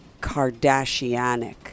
Kardashianic